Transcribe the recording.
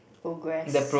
progress